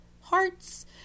hearts